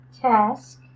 task